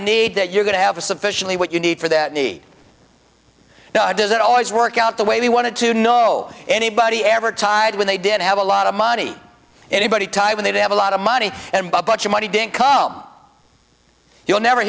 a need that you're going to have a sufficiently what you need for that need doesn't always work out the way we wanted to know anybody ever tied when they didn't have a lot of money anybody tie when they have a lot of money and bunch of money didn't come you'll never